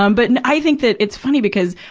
um but, and i think that it's funny, because,